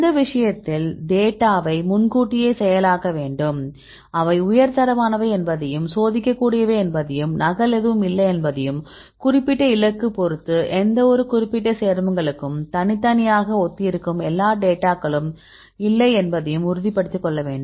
இந்த விஷயத்தில் டேட்டாவை முன்கூட்டியே செயலாக்க வேண்டும் அவை உயர் தரமானவை என்பதையும் சோதிக்கக்கூடியவை என்பதையும் நகல் எதுவும் இல்லை என்பதையும் குறிப்பிட்ட இலக்கு பொறுத்து எந்தவொரு குறிப்பிட்ட சேர்மங்களுக்கும் தனித்தனியாக ஒத்திருக்கும் எல்லா டேட்டாக்கள் இல்லை என்பதையும் உறுதிப்படுத்தி கொள்ள வேண்டும்